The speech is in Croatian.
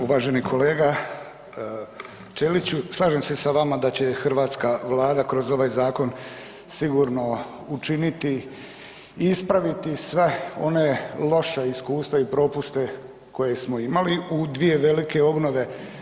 Uvaženi kolega Ćeliću, slažem se sa vama da će Hrvatska vlada kroz ovaj zakon sigurno učiniti i ispraviti sva ona loša iskustva i propuste koje smo imali u dvije velike obnove.